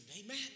Amen